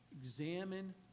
Examine